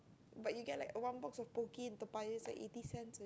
but you get like one box of pocky in Toa-Payoh it's like eighty cents